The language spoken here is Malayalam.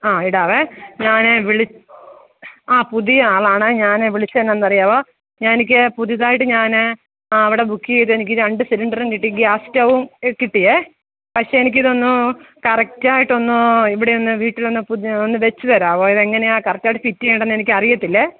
ആ ഇടാവേ ഞാൻ വിളി ആ പുതിയ ആളാണെ ഞാൻ വിളിച്ചത് എന്നാ എന്നറിയാമോ എനിക്ക് പുതിയതായിട്ട് ഞാൻ അവിടെ ബുക്ക് ചെയ്ത് എനിക്ക് രണ്ട് സിലിണ്ടറും കിട്ടി ഗ്യാസ് സ്റ്റൗവ്വും കിട്ടിയേ പക്ഷെ എനിക്കിതൊന്ന് കറക്റ്റ് ആയിട്ടൊന്ന് ഇവിടെയൊന്ന് വീട്ടിലൊന്ന് ഒന്ന് വെച്ച് തരാമോ ഇതെങ്ങനെയാ കറക്റ്റ് ആയിട്ട് ഫിറ്റ് ചെയ്യേണ്ടതെന്ന് എനിക്ക് അറിയത്തില്ലെ